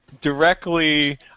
Directly